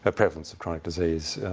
ah prevalence of chronic disease,